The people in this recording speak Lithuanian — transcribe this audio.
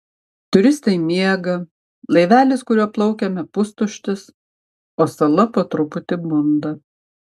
turistai miega laivelis kuriuo plaukėme pustuštis o sala po truputį bunda